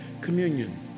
communion